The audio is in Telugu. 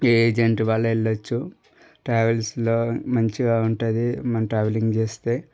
ఏజెంట్ వాళ్ళ వెళ్ళవచ్చు ట్రావెల్స్లో మంచిగా ఉంటుంది మన ట్రావెలింగ్ చేస్తే